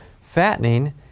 fattening